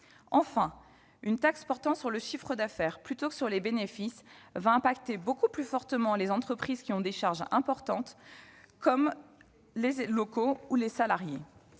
Enfin, une taxe portant sur le chiffre d'affaires plutôt que sur les bénéfices frappera beaucoup plus fortement les entreprises qui ont des charges importantes, comme des locaux ou de nombreux